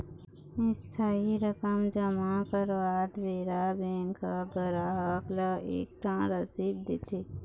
इस्थाई रकम जमा करवात बेरा बेंक ह गराहक ल एक ठन रसीद देथे